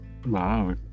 Wow